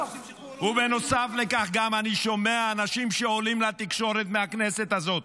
בנוסף לכך אני שומע אנשים שעולים לתקשורת מהכנסת הזאת,